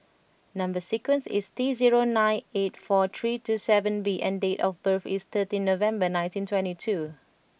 number sequence is T zero nine eight four three two seven B and date of birth is thirteen November nineteen twenty two